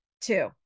two